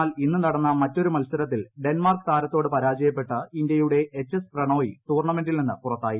എന്നാൽ ഇന്ന് നടന്ന മറ്റൊരു മത്സരത്തിൽ ഡെൻമാർക്ക് താരത്തോട് പരാജയപ്പെട്ട് ഇന്ത്യയുടെ എച്ച് എസ് പ്രണോയി ടൂർണമെന്റിൽ നിന്നും പുറത്തായി